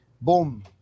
Boom